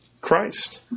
Christ